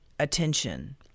Attention